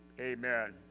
amen